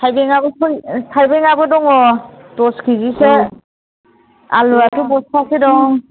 थाइबेंआबो सय थाइबेंआबो दङ' दस केजिसो आलुआथ' बस्थासे दं